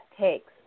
takes